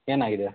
ಏನಾಗಿದೆ